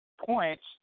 points